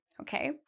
okay